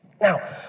Now